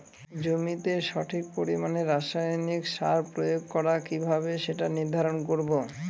জমিতে সঠিক পরিমাণে রাসায়নিক সার প্রয়োগ করা কিভাবে সেটা নির্ধারণ করব?